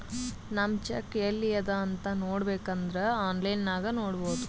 ನಮ್ ಚೆಕ್ ಎಲ್ಲಿ ಅದಾ ಅಂತ್ ನೋಡಬೇಕ್ ಅಂದುರ್ ಆನ್ಲೈನ್ ನಾಗ್ ನೋಡ್ಬೋದು